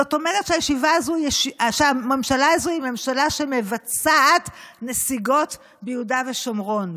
זאת אומרת שהממשלה הזאת היא ממשלה שמבצעת נסיגות ביהודה ושומרון,